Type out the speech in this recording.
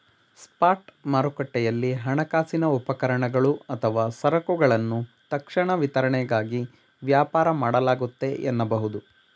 spot ಮಾರುಕಟ್ಟೆಯಲ್ಲಿ ಹಣಕಾಸಿನ ಉಪಕರಣಗಳು ಅಥವಾ ಸರಕುಗಳನ್ನ ತಕ್ಷಣ ವಿತರಣೆಗಾಗಿ ವ್ಯಾಪಾರ ಮಾಡಲಾಗುತ್ತೆ ಎನ್ನಬಹುದು